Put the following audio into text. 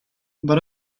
but